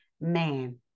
man